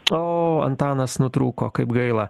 o antanas nutrūko kaip gaila